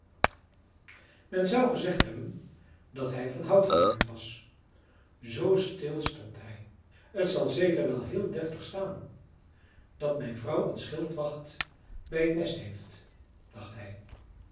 men zou gezegd hebben dat hij van hout gemaakt was zoo stil stond hij het zal zeker wel heel deftig staan dat mijn vrouw een schildwacht bij het nest heeft dacht hij